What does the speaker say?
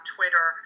Twitter